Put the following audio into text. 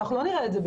אבל זה לא יהיה ביום.